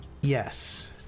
Yes